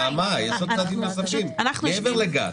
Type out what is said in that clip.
נעמה, יש עוד צעדים נוספים, מעבר לגז.